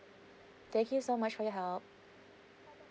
thank you so much for your help